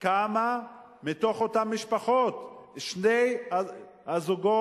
בכמה מתוך אותן משפחות שני בני-הזוג,